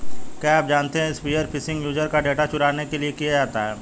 क्या आप जानते है स्पीयर फिशिंग यूजर का डेटा चुराने के लिए किया जाता है?